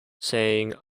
saying